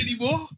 anymore